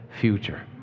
future